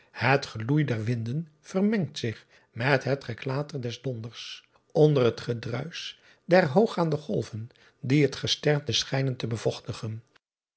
et geloei der winden vermengt zich met het geklater des donders onder het gedruisch der hooggaande golven die het gesternte schijnen te bevochtigen e